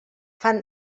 fan